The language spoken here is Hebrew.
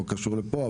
לא קשור לפה,